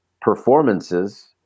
performances